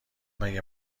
مگه